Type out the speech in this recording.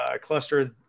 cluster